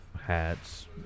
hats